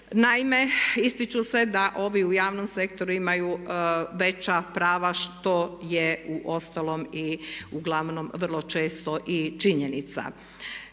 Naime, ističu se da ovi u javnom sektoru imaju veća prava što je uostalom i uglavnom vrlo često i činjenica.